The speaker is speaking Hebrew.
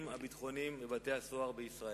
האסירים הביטחוניים בבתי-הסוהר בישראל.